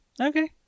Okay